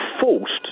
forced